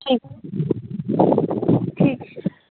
ठीक छै ठीक छै